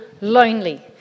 lonely